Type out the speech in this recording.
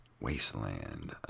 Wasteland